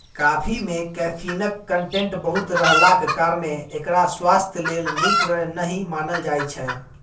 coffee मे कैफीनक content बहुत रहलाक कारणेँ एकरा स्वास्थ्य लेल नीक नहि मानल जाइ छै